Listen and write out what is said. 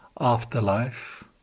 afterlife